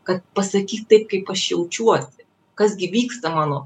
kad pasakyt taip kaip aš jaučiuosi kas gi vyksta mano